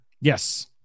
Yes